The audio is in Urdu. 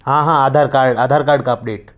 ہاں ہاں آدھار کاڈ آدھار کارڈ کا اپ ڈیٹ